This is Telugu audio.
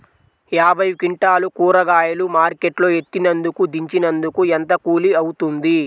యాభై క్వింటాలు కూరగాయలు మార్కెట్ లో ఎత్తినందుకు, దించినందుకు ఏంత కూలి అవుతుంది?